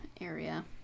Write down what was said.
area